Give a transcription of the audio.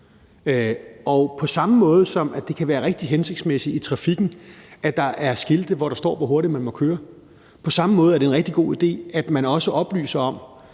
på samme måde som det kan være rigtig hensigtsmæssigt i trafikken, at der er skilte, hvor der står, hvor hurtigt man må køre, på samme måde er det en rigtig god idé, at man også oplyser om,